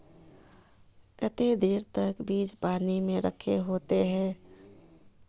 केते देर तक बीज पानी में रखे होते हैं?